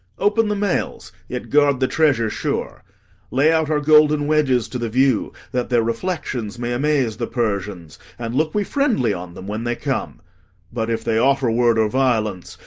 open the mails, yet guard the treasure sure lay out our golden wedges to the view, that their reflections may amaze the persians and look we friendly on them when they come but, if they offer word or violence,